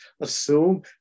assume